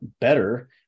better